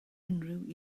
unrhyw